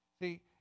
See